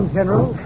General